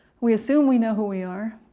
we assume we know who we are,